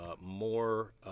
more